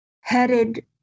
headed